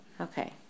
Okay